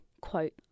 Quote